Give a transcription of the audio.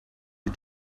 you